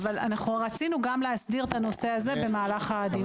אבל אנחנו רצינו להסדיר גם את הנושא הזה במהלך הדיון.